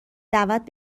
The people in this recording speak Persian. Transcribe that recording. دعوت